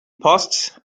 paused